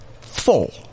four